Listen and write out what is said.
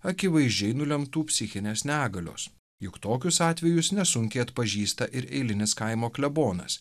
akivaizdžiai nulemtų psichinės negalios juk tokius atvejus nesunkiai atpažįsta ir eilinis kaimo klebonas